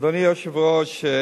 אדוני היושב-ראש,